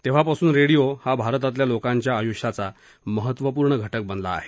तेव्हापासून रेडिओ हा भारतातील लोकांच्या आयुष्याचा महत्वपूर्ण घटक बनला आहे